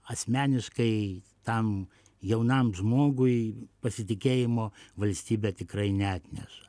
asmeniškai tam jaunam žmogui pasitikėjimo valstybe tikrai neatneša